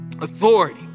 Authority